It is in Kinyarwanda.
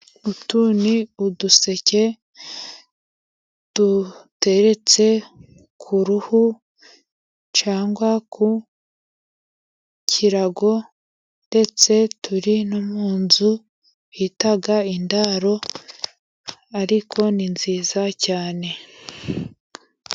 Utu ni uduseke duteretse ku ruhu, cyangwa ku kirago ndetse turi no mu nzu bita indaro, ariko ni nziza cyane.